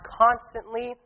constantly